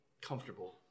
comfortable